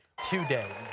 today